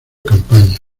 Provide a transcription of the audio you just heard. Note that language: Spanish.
campaña